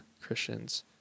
Christians